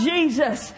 Jesus